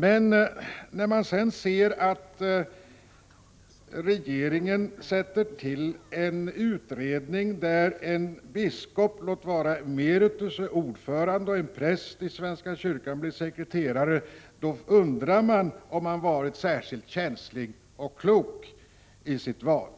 Men när man sedan får uppleva att regeringen tillsätter en utredning där en biskop — låt vara att det är en biskop emeritus — utses till ordförande och en präst i svenska kyrkan blir sekreterare, undrar man om regeringen verkligen har varit särskilt känslig och klok i sitt val.